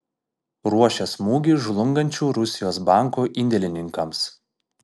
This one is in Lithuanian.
ruošia smūgį žlungančių rusijos bankų indėlininkams